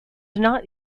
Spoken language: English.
not